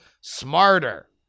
smarter